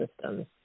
systems